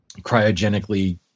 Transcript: cryogenically